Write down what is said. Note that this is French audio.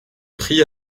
pris